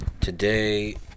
Today